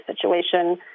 situation—